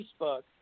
Facebook